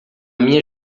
minha